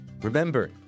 Remember